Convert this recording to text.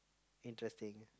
interesting